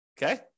Okay